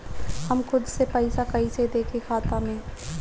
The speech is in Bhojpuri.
हम खुद से पइसा कईसे देखी खाता में?